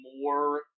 more